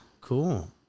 Cool